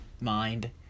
mind